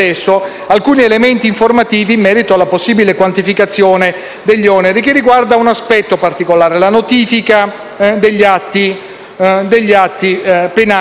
alcuni elementi informativi in merito alla possibile quantificazione degli oneri relativamente ad un aspetto particolare, cioè la notifica degli atti penali